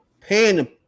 paying